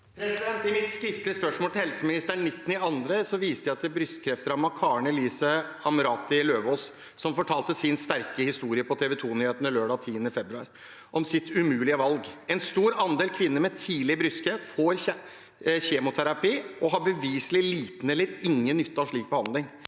I mitt skriftlige spørsmål til helseministeren 19. februar viste jeg til brystkreftrammede Karen Elise Amrati-Løvås som for talte sin sterke historie på TV 2-nyhetene lørdag den 10. februar – om sitt umulige valg. En stor andel med tidlig stadium av brystkreft får kjemoterapi og har beviselig liten eller ingen nytte av slik behandling.